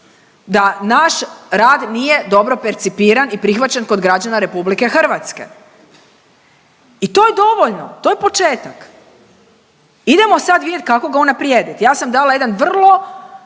da naš rad nije dobro percipiran i prihvaćen kod građana RH i to je dovoljno, to je početak. Idemo sad vidjeti kako ga unaprijediti. Ja sam dala jedan vrlo